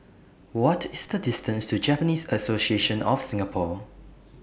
What IS The distance to Japanese Association of Singapore